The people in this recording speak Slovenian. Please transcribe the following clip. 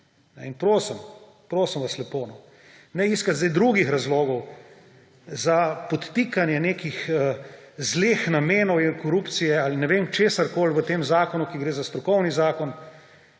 In prosim, prosim vas lepo, ne iskati zdaj drugih razlogov za podtikanje nekih zlih namenov ali korupcije ali česarkoli v tem zakonu, kjer gre za strokovni zakon